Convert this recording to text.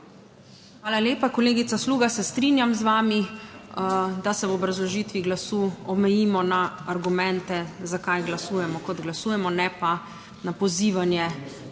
Hvala lepa. Kolegica Sluga, se strinjam z vami, da se v obrazložitvi glasu omejimo na argumente, zakaj glasujemo kot glasujemo, ne pa na pozivanje,